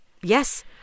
Yes